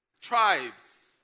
tribes